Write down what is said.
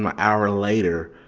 um hour later,